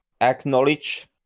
acknowledge